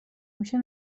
میشه